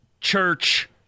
Church